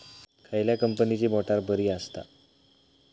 खयल्या कंपनीची मोटार बरी असता?